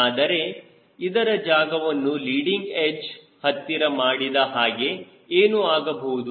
ಆದರೆ ಇದರ ಜಾಗವನ್ನು ಲೀಡಿಂಗ್ಎಡ್ಜ್ ಹತ್ತಿರ ಮಾಡಿದ ಹಾಗೆ ಏನು ಆಗಬಹುದು